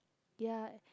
ya